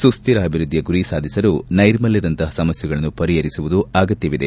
ಸುಸ್ಲಿರ ಅಭಿವೃದ್ದಿಯ ಗುರಿ ಸಾಧಿಸಲು ನೈರ್ಮಲ್ಲದಂತಹ ಸಮಸ್ಲೆಗಳನ್ನು ಪರಿಹರಿಸುವುದು ಅಗತ್ಯವಿದೆ